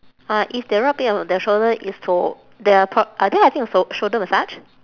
uh if they rub it on their shoulder it's to they are pro~ are they having shou~ a shoulder massage